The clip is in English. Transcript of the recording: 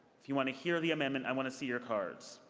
if you want to hear the amendment, i want to see your cards.